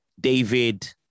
David